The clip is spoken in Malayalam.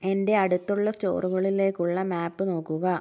എന്റെ അടുത്തുള്ള സ്റ്റോറുകളിലേക്കുള്ള മാപ്പ് നോക്കുക